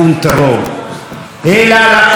ואני לא מצליח להבין את אותה ממשלה,